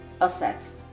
assets